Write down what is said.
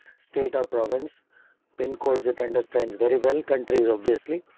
state or province pincodes. it understands very well countries obviously.